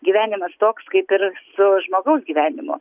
gyvenimas toks kaip ir su žmogaus gyvenimu